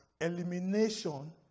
elimination